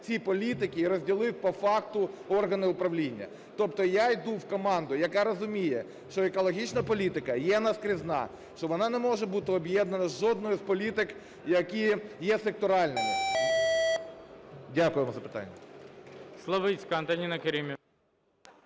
ці політики і розділив по факту органи управління. Тобто я йду в команду, яка розуміє, що екологічна політика є наскрізна, що вона не може бути об'єднана з жодною із політик, які є секторальними. Дякую. ГОЛОВУЮЧИЙ.